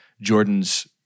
Jordan's